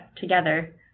together